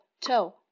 toe